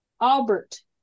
Albert